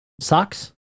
Socks